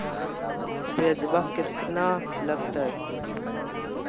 ब्यजवा केतना लगते?